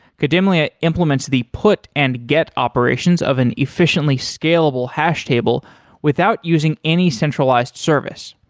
kademlia implements the put and get operations of an efficiently scalable has table without using any centralized service.